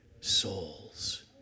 souls